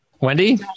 wendy